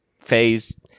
phase